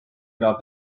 enam